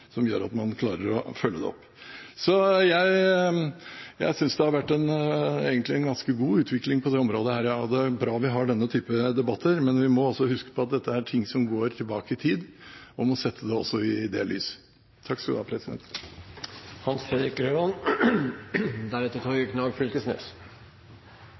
som gjør at man klarer å følge opp. Jeg synes det egentlig har vært en ganske god utvikling på dette området. Det er bra at vi har denne type debatter, men vi må også huske på at dette er ting som går tilbake i tid, og vi må sette det i det lyset. I Norge har det